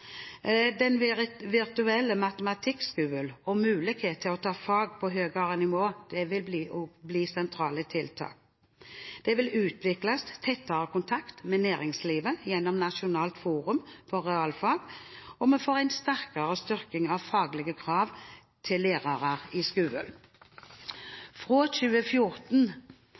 Den virtuelle matematikkskolen og muligheten til å ta fag på høyere nivå vil også bli sentrale tiltak. Det vil utvikles tettere kontakt med næringslivet gjennom Nasjonalt forum for realfag, og vi får en styrking av faglige krav til lærere i skolen fra 2014.